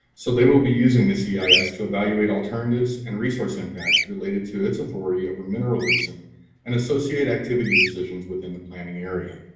so they will be using this yeah eis to evaluate alternatives and resource impacts related to its authority over mineral leasing and associated activity decisions within the planning area.